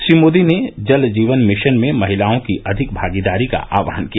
श्री मोदी ने जल जीवन मिशन में महिलाओं की अधिक भागीदारी का आहवान किया